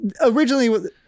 Originally